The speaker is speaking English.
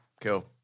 Cool